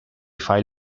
file